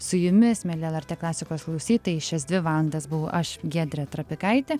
su jumis mieli lrt klasikos klausytojai šias dvi valandas buvau aš giedrė trapikaitė